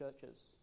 churches